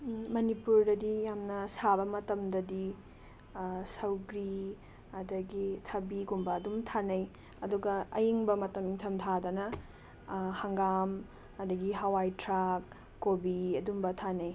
ꯃꯅꯤꯄꯨꯔꯗꯗꯤ ꯌꯥꯝꯅ ꯁꯥꯕ ꯃꯇꯝꯗꯗꯤ ꯁꯧꯒ꯭ꯔꯤ ꯑꯗꯒꯤ ꯊꯕꯤꯒꯨꯝꯕ ꯑꯗꯨꯝ ꯊꯥꯅꯩ ꯑꯗꯨꯒ ꯑꯌꯤꯡꯕ ꯃꯇꯝ ꯏꯪꯊꯝꯊꯥꯗꯅ ꯍꯪꯒꯥꯝ ꯑꯗꯒꯤ ꯍꯋꯥꯏꯊ꯭ꯔꯥꯛ ꯀꯣꯕꯤ ꯑꯗꯨꯝꯕ ꯊꯥꯅꯩ